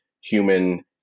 human